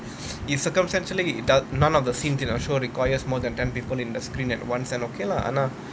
if circumstantially none of the scenes in your show requires more than ten people in the screen at once then okay lah